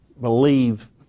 believe